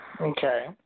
Okay